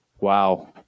Wow